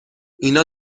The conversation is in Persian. اینا